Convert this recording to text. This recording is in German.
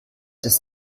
des